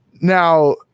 Now